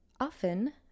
often